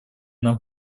нам